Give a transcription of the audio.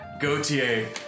Gautier